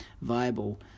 viable